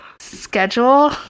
schedule